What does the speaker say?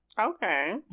okay